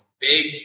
big